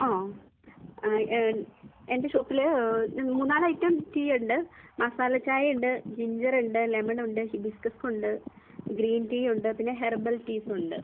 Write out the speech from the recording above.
ആ എൻ്റെ ഷോപ്പിൽ മൂന്ന് നാല് ഐറ്റം ടീ ഉണ്ട് മസാല ചായയുണ്ട് ജിഞ്ചർ ഉണ്ട് ലെമൺ ഉണ്ട് ഹിബിസ്ക്കസ് ഉണ്ട് ഗ്രീൻ ടീ ഉണ്ട് പിന്നെ ഹെർബൽ ടീസ് ഉണ്ട്